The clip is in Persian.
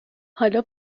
حالا